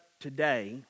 today